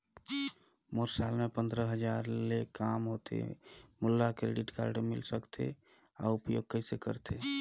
मोर साल मे पंद्रह हजार ले काम होथे मोला क्रेडिट कारड मिल सकथे? अउ उपयोग कइसे करथे?